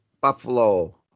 Buffalo